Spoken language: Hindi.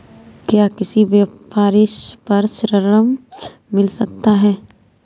क्या किसी व्यवसाय पर ऋण मिल सकता है?